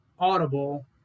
audible